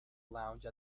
lounge